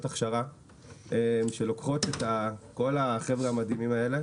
הכשרה שלוקחות את כל החבר'ה המדהימים האלה,